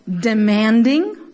demanding